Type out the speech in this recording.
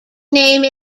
name